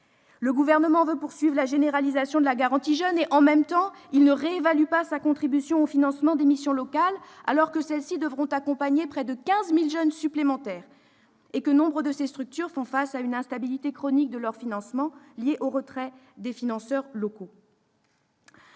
Le Gouvernement veut poursuivre la généralisation de la garantie jeunes et « en même temps », il ne réévalue pas sa contribution au financement des missions locales, alors que celles-ci devront accompagner près de 15 000 jeunes supplémentaires et que nombre de ces structures font face à une instabilité chronique de leurs financements, liée au retrait des financeurs locaux.